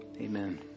Amen